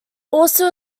also